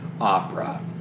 opera